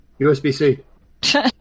USB-C